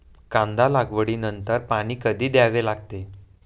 कांदा लागवडी नंतर पाणी कधी द्यावे लागते?